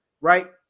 right